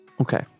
Okay